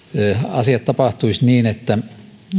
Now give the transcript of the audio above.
asiat tapahtuisivat niin että